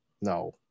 No